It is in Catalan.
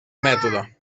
mètode